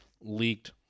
leaked